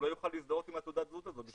הוא לא יוכל להזדהות עם תעודת הזהות הזאת.